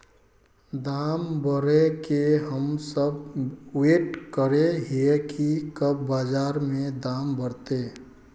दाम बढ़े के हम सब वैट करे हिये की कब बाजार में दाम बढ़ते?